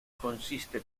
consiste